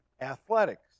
athletics